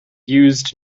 used